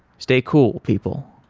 stay cool, people.